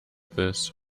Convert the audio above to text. this